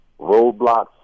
roadblocks